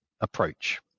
approach